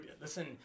Listen